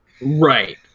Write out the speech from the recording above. Right